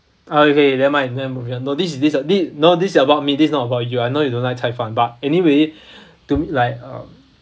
okay never mind never mind never mind no this this uh this no this is about me this is not about you I know you don't like 菜饭 but anyway to me like um